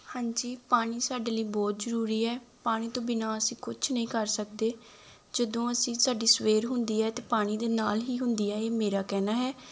ਹਾਂਜੀ ਪਾਣੀ ਸਾਡੇ ਲਈ ਬਹੁਤ ਜ਼ਰੂਰੀ ਹੈ ਪਾਣੀ ਤੋਂ ਬਿਨਾ ਅਸੀਂ ਕੁਛ ਨਹੀਂ ਕਰ ਸਕਦੇ ਜਦੋਂ ਅਸੀਂ ਸਾਡੀ ਸਵੇਰ ਹੁੰਦੀ ਹੈ ਤਾਂ ਪਾਣੀ ਦੇ ਨਾਲ ਹੀ ਹੁੰਦੀ ਹੈ ਇਹ ਮੇਰਾ ਕਹਿਣਾ ਹੈ